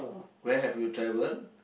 where have you traveled